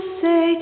say